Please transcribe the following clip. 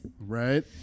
right